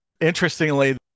interestingly